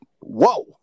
whoa